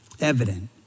evident